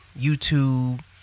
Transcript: YouTube